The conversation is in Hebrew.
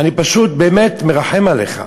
אני פשוט באמת מרחם עליך.